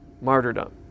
martyrdom